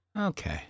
Okay